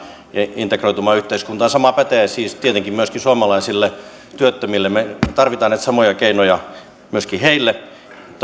ja integroitumaan yhteiskuntaan sama pätee siis tietenkin myöskin suomalaisiin työttömiin me tarvitsemme näitä samoja keinoja myöskin heille mutta